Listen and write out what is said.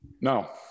No